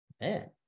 man